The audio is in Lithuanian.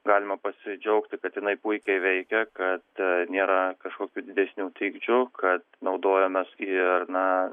galima pasidžiaugti kad jinai puikiai veikia kad nėra kažkokių didesnių trikdžių kad naudojomės ir na